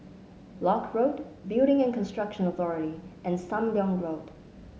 Lock Road Building and Construction Authority and Sam Leong Road